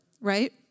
right